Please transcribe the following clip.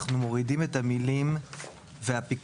אנחנו מורידים את המילים "והפיקוח